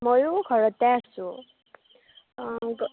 মইও ঘৰতে আছোঁ অ'